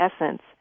essence